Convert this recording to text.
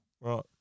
right